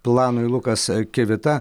planui lukas kivita